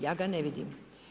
Ja ga ne vidim.